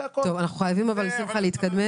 שמחה, אנחנו חייבים להתקדם.